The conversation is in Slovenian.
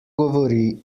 govori